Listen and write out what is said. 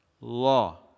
law